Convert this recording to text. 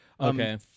okay